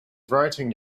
writing